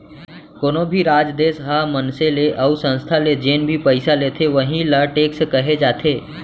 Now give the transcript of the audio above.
कोनो भी राज, देस ह मनसे ले अउ संस्था ले जेन भी पइसा लेथे वहीं ल टेक्स कहे जाथे